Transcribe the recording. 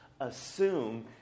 assume